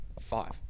five